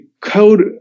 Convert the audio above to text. code